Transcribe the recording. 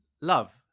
love